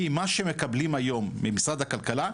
כי עם מה שהם מקבלים היום ממשרד הכלכלה,